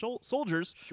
soldiers